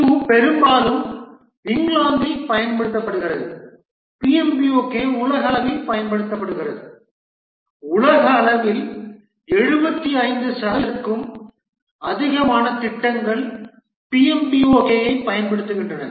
PRINCE2 பெரும்பாலும் இங்கிலாந்தில் பயன்படுத்தப்படுகிறது PMBOK உலகளவில் பயன்படுத்தப்படுகிறது உலகளவில் 75 சதவீதத்திற்கும் அதிகமான திட்டங்கள் PMBOK ஐப் பயன்படுத்துகின்றன